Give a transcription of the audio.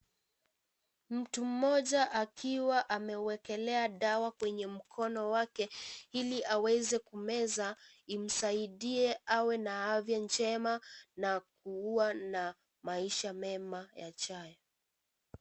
Mtu mmoja akiwa amewekelea dawa kwenye mkono wake ili awaze kumeza imsaidie awe na afya njema na kuwa na maisha mema yajayo.